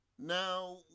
Now